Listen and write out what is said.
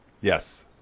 yes